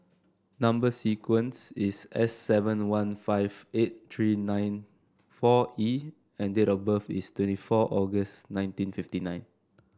number sequence is S seven one five eight three nine four E and date of birth is twenty four August nineteen fifty nine